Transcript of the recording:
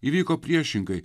įvyko priešingai